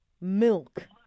milk